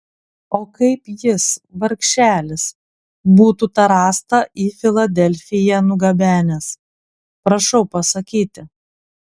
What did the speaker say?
o kaip jis vargšelis būtų tą rąstą į filadelfiją nugabenęs prašau pasakyti